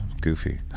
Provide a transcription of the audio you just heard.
goofy